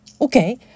Okay